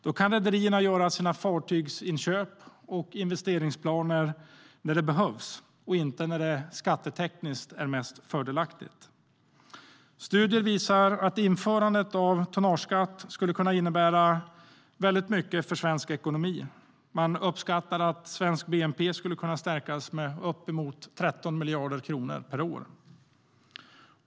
Då kan rederierna göra sina fartygsinköp och investeringsplaner när de behövs och inte när det är skattetekniskt mest fördelaktigt. Studier visar att införandet av tonnageskatt skulle kunna innebära mycket för svensk ekonomi. Det uppskattas att svenskt bnp skulle kunna stärkas med uppemot 13 miljarder kronor per år.